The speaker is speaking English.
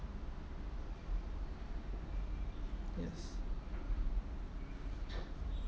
yes